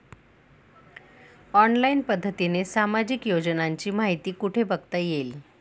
Online पद्धतीने सामाजिक योजनांची माहिती कुठे बघता येईल?